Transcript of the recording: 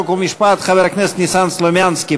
חוק ומשפט חבר הכנסת ניסן סלומינסקי.